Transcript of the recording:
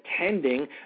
attending